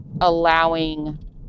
allowing